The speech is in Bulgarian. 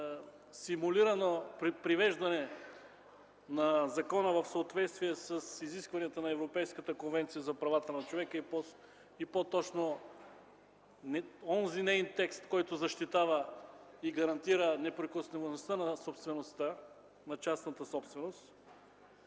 симулирано привеждане на закона в съответствие с изискванията на европейската Конвенция за правата на човека и по-точно онзи неин текст, който защитава и гарантира неприкосновеността на собствеността – на частната собственост,